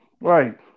Right